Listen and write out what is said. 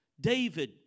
David